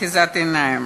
אחיזת עיניים.